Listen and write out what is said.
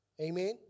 Amen